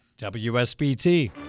WSBT